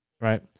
Right